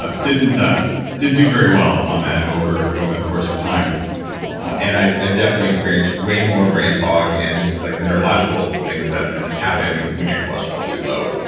ah didn't ah didn't do very well on that over over the course of time and i ah definitely experienced way more brain fog and like the neurological things that can happen when when your cholesterol is too low.